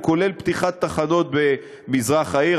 כולל פתיחת תחנות במזרח העיר,